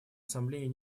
ассамблеи